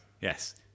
Yes